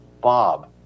Bob